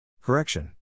Correction